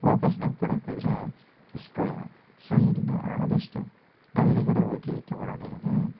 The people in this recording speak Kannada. ವಾಪಸ್ ನಾವು ಕೊಡಕ್ಕೆ ಹೋದರೆ ಇಸ್ಕೊಳ್ಳೋಲ್ಲ ಸೊ ಏನಿದೆ ಆದಷ್ಟು ನಾವು ಎದುರುಗಡೆ ಹೋಗಿ ತೊಗೊಳೋದೇನಿದೆ